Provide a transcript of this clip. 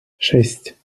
шесть